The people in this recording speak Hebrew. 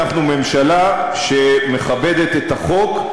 אנחנו ממשלה שמכבדת את החוק,